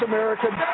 American